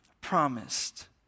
promised